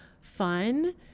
fun